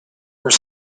were